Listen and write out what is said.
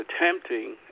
attempting